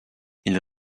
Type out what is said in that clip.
ils